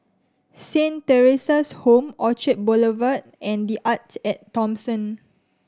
Saint Theresa's Home Orchard Boulevard and The Arte At Thomson